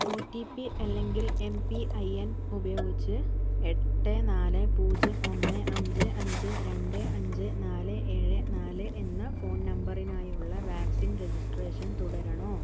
O T P അല്ലെങ്കിൽ M P I N ഉപയോഗിച്ച് എട്ട് നാല് പൂജ്യം ഒന്ന് അഞ്ച് അഞ്ച് രണ്ട് അഞ്ച് നാല് ഏഴ് നാല് എന്ന ഫോൺ നമ്പറിനായുള്ള വാക്സിൻ രജിസ്ട്രേഷൻ തുടരണോ